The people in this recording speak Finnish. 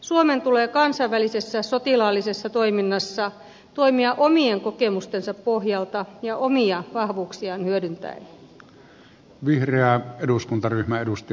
suomen tulee kansainvälisessä sotilaallisessa toiminnassa toimia omien kokemustensa pohjalta ja omia vahvuuksiaan hyödyntäen